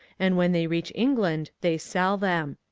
and when they reach england they sell them.